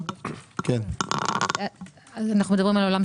אני מדבר על המלאי